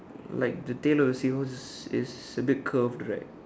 like the tail of seahorse is is a bit curved right